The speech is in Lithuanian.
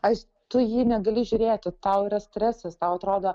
aš tu į jį negali žiūrėti tau yra stresas tau atrodo